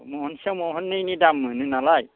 महनसेयाव महननैनि दाम मोनोनालाय